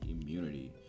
immunity